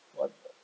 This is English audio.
what does